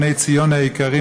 בני ציון היקרים,